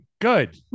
Good